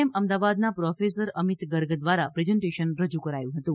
એમ અમદાવાદના પ્રોફેસર અમિત ગર્ગ દ્વારા પ્રેઝન્ટેશન કરાયું હતું